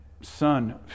son